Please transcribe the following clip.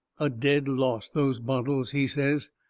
a dead loss, those bottles, he says.